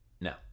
no